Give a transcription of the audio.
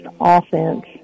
offense